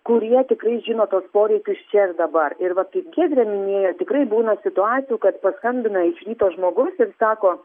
kurie tikrai žino tuos poreikius čia ir dabar ir vat kaip giedrė minėjo tikrai būna situacijų kad paskambina iš ryto žmogus ir sako